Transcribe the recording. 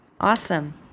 Awesome